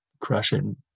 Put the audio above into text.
crushing